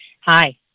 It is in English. Hi